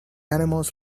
animals